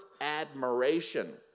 admiration